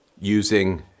using